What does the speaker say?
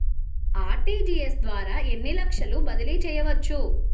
RTGS ద్వారా ఎన్ని లక్షలు బదిలీ చేయవచ్చు?